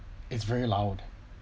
it's very loud